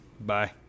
Bye